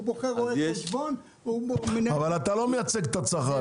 הוא בוחר רואה חשבון --- אבל אתה לא מייצג את הצרכן,